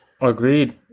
Agreed